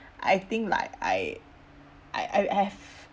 I think like I I I have